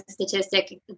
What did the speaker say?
statistic